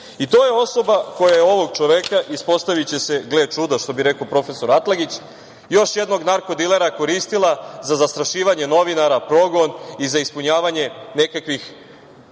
i to je osoba koja je ovog čoveka, ispostaviće se, gle čuda, što bi rekao prof. Atlagić, još jednog narkodilera koristila za zastrašivanje novinara, progon i za ispunjavanje nekakvih